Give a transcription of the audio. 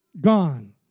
Gone